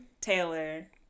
taylor